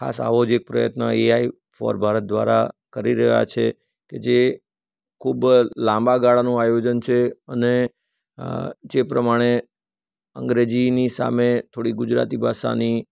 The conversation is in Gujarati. ખાસ આવો જ એક પ્રયત્ન એઆઈ ફોર ભારત દ્વારા કરી રહ્યા છે કે જે ખૂબ લાંબા ગાળાનું આયોજન છે અને જે પ્રમાણે અંગ્રેજીની સામે થોડી ગુજરાતી ભાષાની